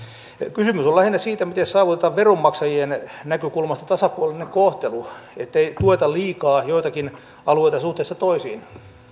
kysymys on lähinnä siitä miten saavutetaan veronmaksajien näkökulmasta tasapuolinen kohtelu ettei tueta liikaa joitakin alueita suhteessa toisiin